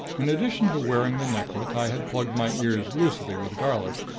in addition to wearing the necklet, i had plugged my ears loosely with garlic,